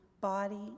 body